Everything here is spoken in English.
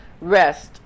rest